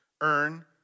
earn